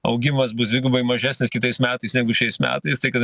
augimas bus dvigubai mažesnis kitais metais negu šiais metais tai kad